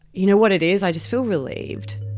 you know what it is? i just feel relieved.